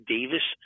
Davis